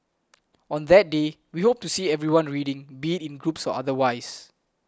on that day we hope to see everyone reading be in groups otherwise